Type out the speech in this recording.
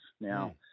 Now